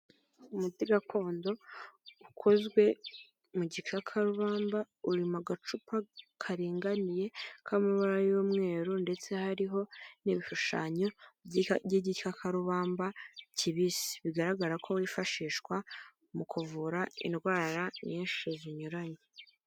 Umuti gakondo ukozwe mu gikakarubamba, uri mu gacupa karinganiye k'amabara y'umweru, ndetse hariho n'ibishushanyo by'ishyakarubamba kibisi. Bigaragara ko wifashishwa mu kuvura indwara nyinshi zinyuranye.